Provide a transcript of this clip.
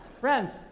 Friends